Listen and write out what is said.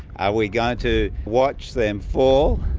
ah we're going to watch them fall,